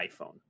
iPhone